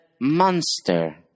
monster